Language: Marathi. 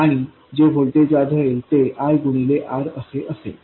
आणि जे व्होल्टेज आढळेल ते I गुणिले R असे असेल